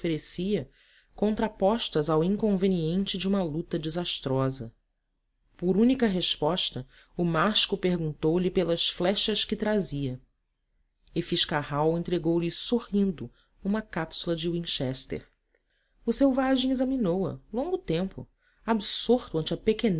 oferecia contrapostas aos inconvenientes de uma luta desastrosa por única resposta o mashco perguntou-lhe pelas flechas que trazia e fitz carrald entregou-lhe sorrindo uma cápsula de winchester o selvagem examinou-a longo tempo absorto ante